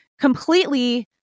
completely